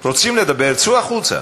רוצים לדבר, צאו החוצה.